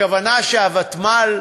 הכוונה, שהוותמ"ל